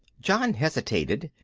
john hesitated.